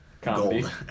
gold